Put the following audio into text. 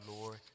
Lord